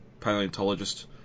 paleontologist